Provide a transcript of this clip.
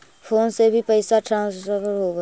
Phone से भी पैसा ट्रांसफर होवहै?